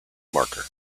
marker